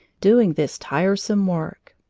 doing this tiresome work.